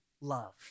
love